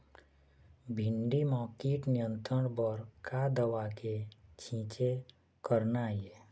भिंडी म कीट नियंत्रण बर का दवा के छींचे करना ये?